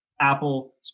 apple